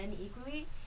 equally